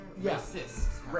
Yes